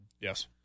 Yes